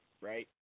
right